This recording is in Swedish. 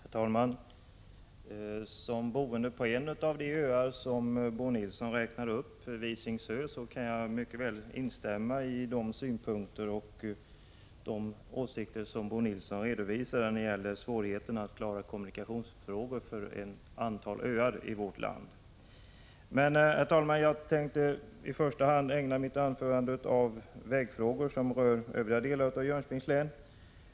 Herr talman! Som boende på en av de öar Bo Nilsson räknade upp, Visingsö, kan jag mycket väl instämma i de synpunkter som Bo Nilsson anförde när det gäller svårigheterna att klara kommunikationsfrågor på ett riktigt sätt för ett antal öar i vårt land. Men jag tänkte i första hand ägna mitt anförande åt vägfrågor som rör övriga delar av Jönköpings län.